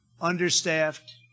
understaffed